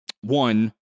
one